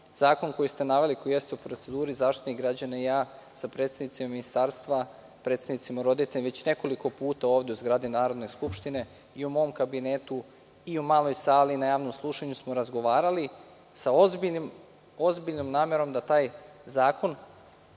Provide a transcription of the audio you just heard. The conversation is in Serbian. Zakon koji ste naveli jeste u proceduri. Zaštitnik građana i ja sa predstavnicima ministarstva i roditelja već nekoliko puta, ovde, u zgradi Narodne skupštine i u mom kabinetu i u maloj sali na javnom slušanju smo razgovarali sa ozbiljnom namerom da taj zakon,